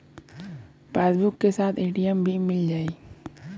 Passbook के साथ ATM भी मील जाई?